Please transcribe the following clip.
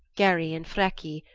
geri and freki,